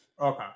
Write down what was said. Okay